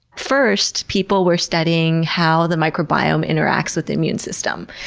first, people were studying how the microbiome interacts with the immune system,